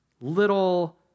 little